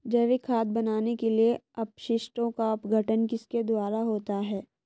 जैविक खाद बनाने के लिए अपशिष्टों का अपघटन किसके द्वारा होता है?